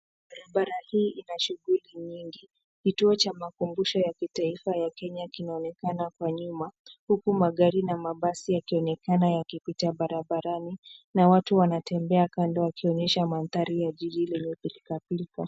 Barabara hii ina shughuli nyingi. Kituo cha makumbusho ya kitaifa ya Kenya kinaonekana kwa nyuma huku magari na mabasi yakionekana yakipita barabarani na watu wanatembea kando wakionyesha mandhari ya jiji lenye pilka pilka.